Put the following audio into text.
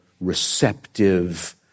receptive